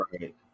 Right